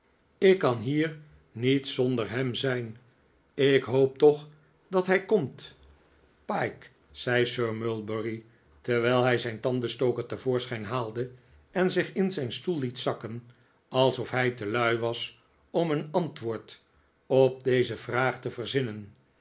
ik kan hier niet zonder hem zijn ik hoop toch dat hij komt pyke zei sir mulberry terwijl hij zijn tandenstoker te voorschijn haalde en zich in zijn stoel liet zakken alsof hij te lui was om een antwoord op deze vraag te verzinnen